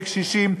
בקשישים,